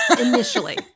initially